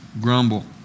grumble